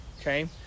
Okay